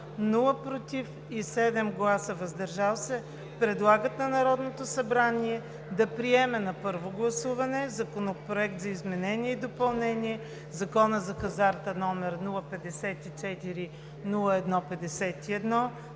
„против“ и 7 гласа „въздържал се“ предлагат на Народното събрание да приеме на първо гласуване Законопроект за изменение и допълнение на Закона за хазарта, № 054-01-51,